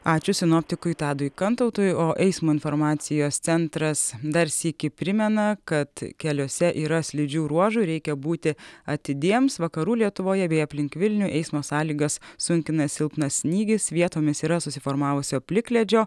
ačiū sinoptikui tadui kantautui o eismo informacijos centras dar sykį primena kad keliuose yra slidžių ruožų reikia būti atidiems vakarų lietuvoje bei aplink vilnių eismo sąlygas sunkina silpnas snygis vietomis yra susiformavusio plikledžio